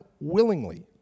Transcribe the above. willingly